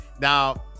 Now